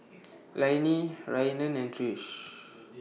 Lainey Rhiannon and Trish